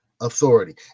authority